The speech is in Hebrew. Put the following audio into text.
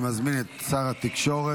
אני מזמין את שר התקשורת